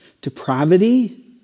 depravity